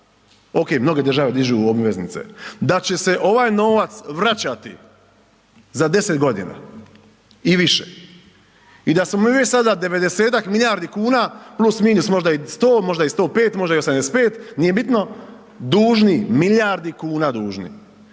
okej mnoge države dižu obveznice, da će se ovaj novac vraćati za 10.g. i više i da smo mi već sada 90.-tak milijardi kuna +- možda i 100, možda i 105, možda i 85, nije bitno, dužni milijardi kuna dužni,